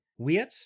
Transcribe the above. Weird